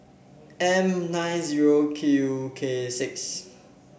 M nine zero Q K six